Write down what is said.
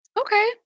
Okay